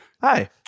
Hi